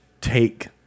take